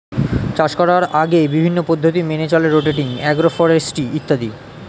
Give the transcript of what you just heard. চাষ করার আগে বিভিন্ন পদ্ধতি মেনে চলে রোটেটিং, অ্যাগ্রো ফরেস্ট্রি ইত্যাদি